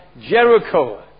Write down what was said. Jericho